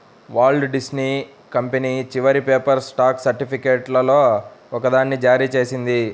Walt Disney company చివరి paper stock సర్టిఫికేట్లలో ఒకదాన్ని జారీ చేసింది